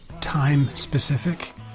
time-specific